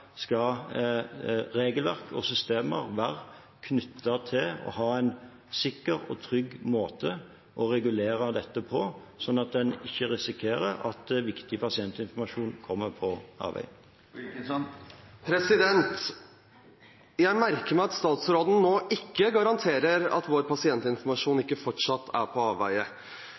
regelverk og systemer som skal være knyttet til å ha en sikker og trygg måte å regulere dette på, slik at en ikke risikerer at viktig pasientinformasjon kommer på avveier. Jeg merker meg at statsråden nå ikke garanterer at vår pasientinformasjon ikke fortsatt er på avveier.